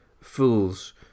Fools